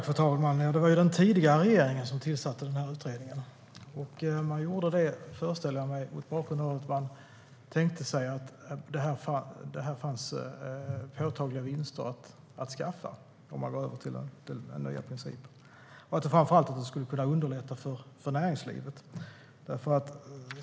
Fru talman! Det var den tidigare regeringen som tillsatte utredningen. Jag föreställer mig att man gjorde det mot bakgrund av att man tänkte sig att det fanns påtagliga vinster att skaffa om man gick över till den nya principen. Framför allt skulle det kunna underlätta för näringslivet.